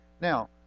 Now